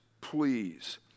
please